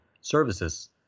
services